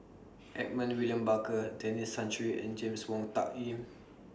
Edmund William Barker Denis Santry and James Wong Tuck Yim